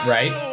Right